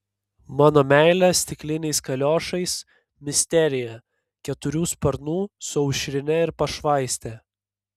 mano meilė stikliniais kaliošais misterija keturių sparnų su aušrine ir pašvaiste